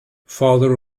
father